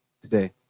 today